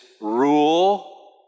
rule